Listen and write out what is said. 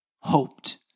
Hoped